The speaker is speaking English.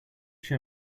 show